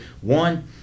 One